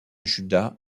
juda